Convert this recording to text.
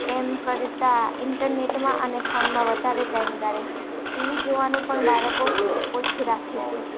એમ કરતાં ઇન્ટરનેટમાં અને ફોનમાં વધારે ટાઈમ કાઢે છે ટીવી જોવાનું પણ બાળકો ઓછું રાખે છે